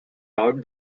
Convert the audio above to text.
out